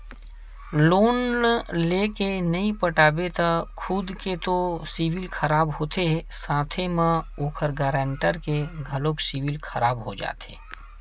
loan लेय के नइ पटाबे त खुद के तो सिविल खराब होथे साथे म ओखर गारंटर के घलोक सिविल खराब हो जाथे